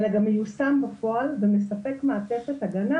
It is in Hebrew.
אלא גם מיושם בפועל ומספק מעטפת הגנה